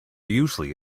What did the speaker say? usually